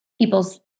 people's